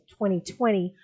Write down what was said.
2020